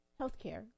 healthcare